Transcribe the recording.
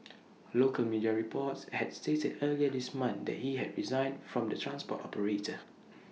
local media reports had stated earlier this month that he had resigned from the transport operator